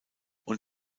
und